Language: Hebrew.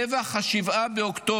טבח 7 באוקטובר,